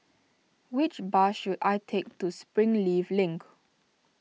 which bus should I take to Springleaf Link